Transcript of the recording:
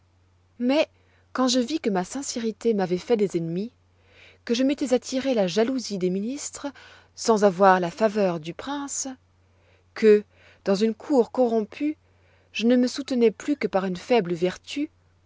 mais quand je vis que ma sincérité m'avoit fait des ennemis que je m'étois attiré la jalousie des ministres sans avoir la faveur du prince que dans une cour corrompue je ne me soutenois plus que par une foible vertu